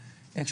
ב-75%.